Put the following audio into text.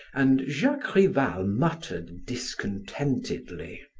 and jacques rival muttered discontentedly